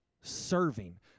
serving